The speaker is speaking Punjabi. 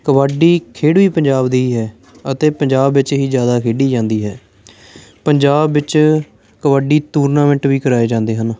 ਕਬੱਡੀ ਖੇਡ ਵੀ ਪੰਜਾਬ ਦੀ ਹੈ ਅਤੇ ਪੰਜਾਬ ਵਿੱਚ ਹੀ ਜ਼ਿਆਦਾ ਖੇਡੀ ਜਾਂਦੀ ਹੈ ਪੰਜਾਬ ਵਿੱਚ ਕਬੱਡੀ ਟੂਰਨਾਮੈਂਟ ਵੀ ਕਰਾਏ ਜਾਂਦੇ ਹਨ